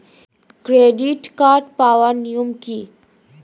Credit card পাওয়ার নিয়ম কী?